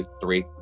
three